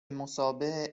مثابه